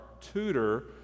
tutor